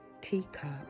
Teacup